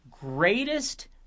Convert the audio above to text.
greatest